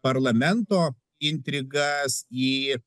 parlamento intrigas į